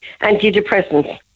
antidepressants